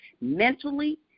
mentally